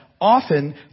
often